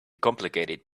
complicated